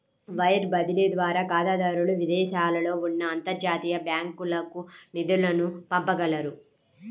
wire బదిలీ ద్వారా ఖాతాదారులు విదేశాలలో ఉన్న అంతర్జాతీయ బ్యాంకులకు నిధులను పంపగలరు